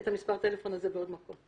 שראיתי מספר זה על גבי עוד בקשות.